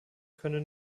könne